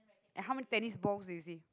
and how many tennis balls do you see